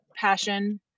passion